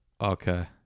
Okay